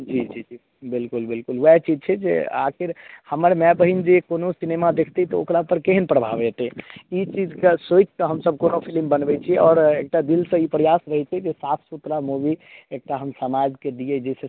जी जी जी बिलकुल बिलकुल वहए चीज छै जे आखिर हमर माय बहीन जे कोनो सिनेमा देखतै तऽ ओकरा पर केहन प्रभाव हेतै ई चीजके सोचिके हमसभ कोनो फिलिम बनबै छी आओर एक टा दिल से ई प्रयास रहै छै जे साफ सुथरा मूवी एक टा हम समाजके दिए जाहि से